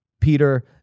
Peter